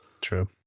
true